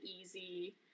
easy